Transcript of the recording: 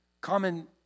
common